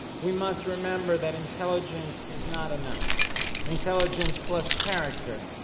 we must remember that intelligence is not enough intelligence plus character,